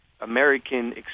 American